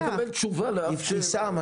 אני לא מקבל תשובה לאף שאלה.